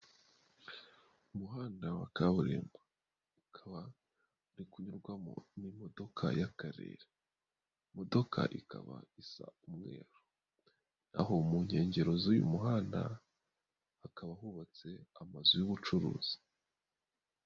Umuhanda wa kaburimbo ukaba uri kunyurwamo n'imodoka y'Akarere, imodoka ikaba isa umweru, naho mu nkengero z'uyu muhanda hakaba hubatse amazu y'ubucuruzi.